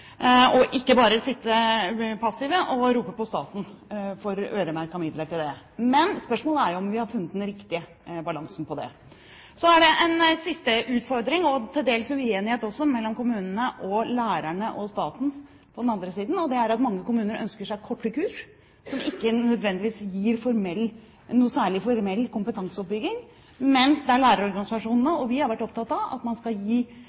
ikke bare sitte passive og rope på staten om øremerkede midler. Men spørsmålet er jo om vi har funnet den riktige balansen her. Så er det en siste utfordring og til dels også uenighet mellom kommunene og lærerne og staten på den andre siden. Det er at mange kommuner ønsker seg korte kurs som ikke nødvendigvis gir noe særlig formell kompetanseoppbygging, mens lærerorganisasjonene og vi har vært opptatt av at man skal gi